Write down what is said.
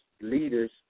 leaders